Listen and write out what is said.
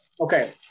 Okay